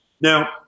Now